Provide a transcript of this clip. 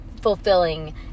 fulfilling